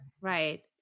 Right